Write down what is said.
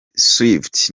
swift